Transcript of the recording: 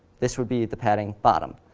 this would be the padding bottom.